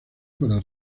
para